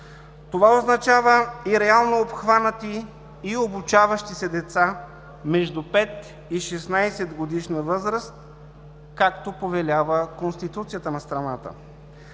Това означава и реално обхванати и обучаващи се деца между пет и 16-годишна възраст, както повелява Конституцията на страната.